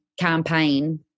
campaign